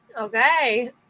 okay